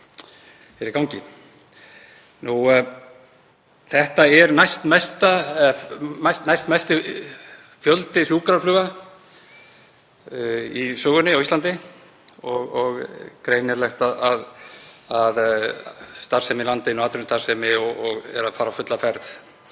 Þetta er næstmesti fjöldi sjúkrafluga í sögunni á Íslandi og greinilegt að starfsemi í landinu, atvinnustarfsemi, er að fara á fulla ferð